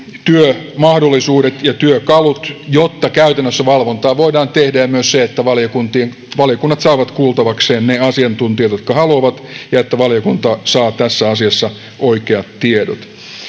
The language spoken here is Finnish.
työmahdollisuudet ja työkalut jotta käytännössä valvontaa voidaan tehdä ja myös että valiokunnat saavat kuultavakseen ne asiantuntijat jotka haluavat ja että valiokunta saa tässä asiassa oikeat tiedot